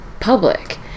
public